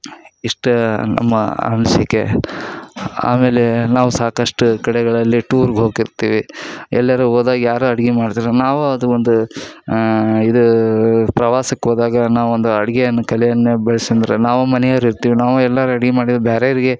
ಇಷ್ಟು ನಮ್ಮ ಅನಿಸಿಕೆ ಆಮೇಲೆ ನಾವು ಸಾಕಷ್ಟು ಕಡೆಗಳಲ್ಲಿ ಟೂರ್ಗೆ ಹೋಕ್ತಿರ್ತೀವಿ ಎಲ್ಲಾರು ಹೋದಾಗ ಯಾರು ಅಡ್ಗೆ ಮಾಡ್ತಾರೆ ನಾವು ಅದು ಒಂದು ಇದು ಪ್ರವಾಸಕ್ಕೆ ಹೋದಾಗ ನಾವೊಂದು ಅಡ್ಗೆಯನ್ನು ಕಲೆಯನ್ನೇ ಬೆಳ್ಸ್ಕಂಡ್ರೆ ನಾವು ಮನೇವ್ರು ಇರ್ತೀವಿ ನಾವು ಎಲ್ಲರೂ ಅಡಿಗೆ ಮಾಡಿದ್ರೆ ಬೇರೆಯರ್ಗೆ